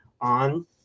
On